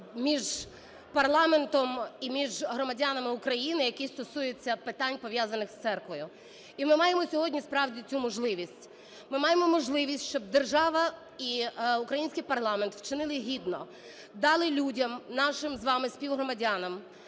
між парламентом і між громадянами України, який стосується питань, пов'язаних з церквою. І ми маємо сьогодні справді цю можливість. Ми маємо можливість, щоб держава і український парламент вчинили гідно: дали людям, нашим з вами співгромадянам,